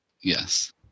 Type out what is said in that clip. Yes